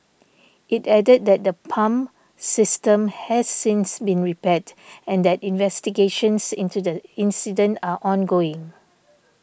it added that the pump system has since been repaired and that investigations into the incident are ongoing